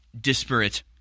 disparate